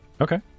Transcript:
Okay